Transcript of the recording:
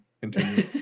continue